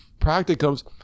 practicums